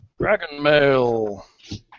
Dragonmail